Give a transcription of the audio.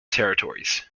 territories